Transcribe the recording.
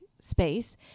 space